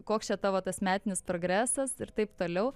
koks čia tavo tas metinis progresas ir taip toliau